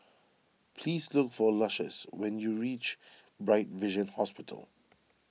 please look for Lucious when you reach Bright Vision Hospital